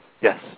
Yes